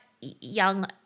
young